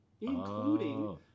including